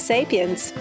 Sapiens